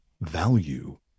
value